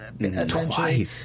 essentially